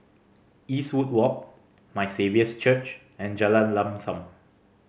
Eastwood Walk My Saviour's Church and Jalan Lam Sam